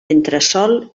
entresòl